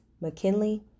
McKinley